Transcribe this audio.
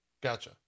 Gotcha